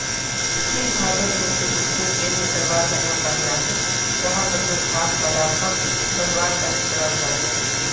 तिल भारतत मुख्य रूप स तेल निकलवार तना उगाल जा छेक जहार प्रयोग खाद्य पदार्थक बनवार तना कराल जा छेक